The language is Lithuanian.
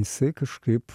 jisai kažkaip